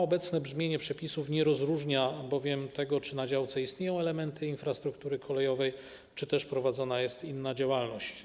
Obecne brzmienie przepisów nie rozróżnia bowiem tego, czy na działce istnieją elementy infrastruktury kolejowej, czy też prowadzona jest inna działalność.